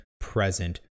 present